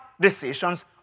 decisions